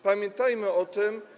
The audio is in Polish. Pamiętajmy o tym.